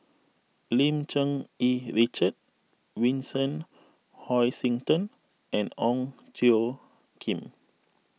Lim Cherng Yih Richard Vincent Hoisington and Ong Tjoe Kim